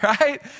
right